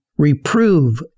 reprove